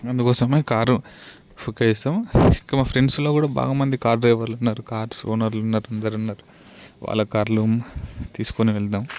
అందుకోసమే car okay చేస్తాం ఇంకా మా ఫ్రెండ్స్లో కూడా చాలా మంది కార్ డ్రైవర్లున్నారు కార్ ఓనర్లున్నారు అందరున్నారు వాళ్ల కారులో తీసుకొని వెళ్తాం